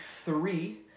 three